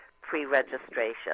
pre-registration